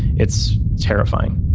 it's terrifying